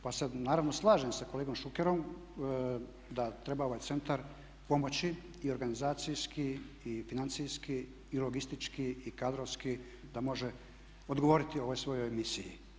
Pa se naravno slažem sa kolegom Šukerom da treba ovaj centar pomoći i organizacijski i financijski i logistički i kadrovski da može odgovoriti ovoj svojoj misiji.